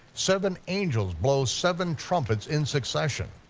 seven angels blow seven trumpets in succession.